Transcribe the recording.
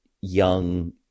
young